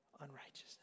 unrighteousness